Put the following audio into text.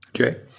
okay